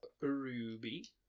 Ruby